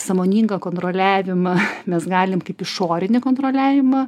sąmoningą kontroliavimą mes galim kaip išorinį kontroliavimą